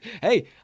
Hey